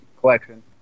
collection